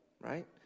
right